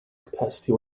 capacity